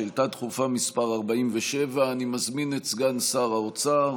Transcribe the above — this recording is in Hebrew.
שאילתה דחופה מס' 47. אני מזמין את סגן שר האוצר